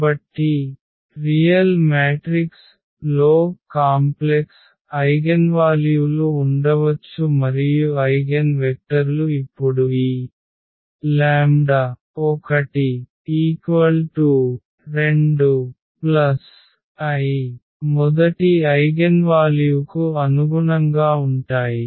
కాబట్టి real matrix లో సంక్లిష్టమైన ఐగెన్వాల్యూలు ఉండవచ్చు మరియు ఐగెన్వెక్టర్లు ఇప్పుడు ఈ 1 2 i మొదటి ఐగెన్వాల్యూకు అనుగుణంగా ఉంటాయి